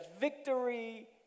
victory